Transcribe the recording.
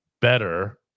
Better